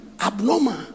abnormal